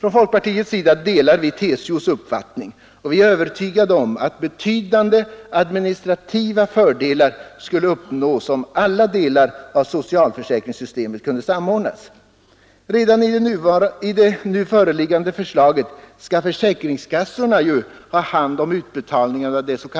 Inom folkpartiet delar vi TCO:s uppfattning, och vi är övertygade om att betydande administrativa fördelar skulle uppnås om alla delar av socialförsäkringssystemet kunde samordnas. Redan enligt det nu föreliggande förslaget skall försäkringskassorna ha hand om utbetalningen av det s.k.